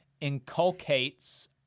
inculcates